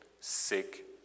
sick